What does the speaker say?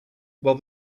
while